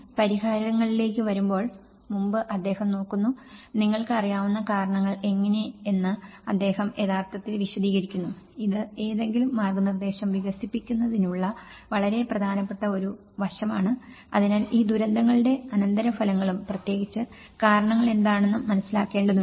പരിഹാരങ്ങളിലേക്ക് വരുന്നതിന് മുമ്പ് അദ്ദേഹം നോക്കുന്നു നിങ്ങൾക്ക് അറിയാവുന്ന കാരണങ്ങൾ എങ്ങനെയെന്ന് അദ്ദേഹം യഥാർത്ഥത്തിൽ വിശദീകരിക്കുന്നു ഇത് ഏതെങ്കിലും മാർഗ്ഗനിർദ്ദേശം വികസിപ്പിക്കുന്നതിനുള്ള വളരെ പ്രധാനപ്പെട്ട ഒരു വശമാണ് അതിനാൽ ഈ ദുരന്തങ്ങളുടെ അനന്തരഫലങ്ങളും പ്രത്യേകിച്ച് കാരണങ്ങൾ എന്താണെന്നും മനസ്സിലാക്കേണ്ടതുണ്ട്